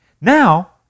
Now